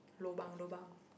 lobang lobang